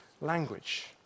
language